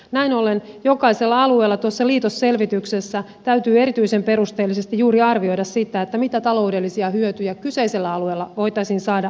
näin ollen jokaisella alueella tuossa liitosselvityksessä täytyy erityisen perusteellisesti juuri arvioida sitä mitä taloudellisia hyötyjä kyseisellä alueella voitaisiin saada aikaan